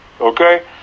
Okay